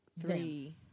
three